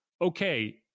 okay